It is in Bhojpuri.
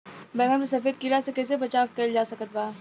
बैगन पर सफेद कीड़ा से कैसे बचाव कैल जा सकत बा?